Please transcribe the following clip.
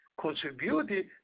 contributed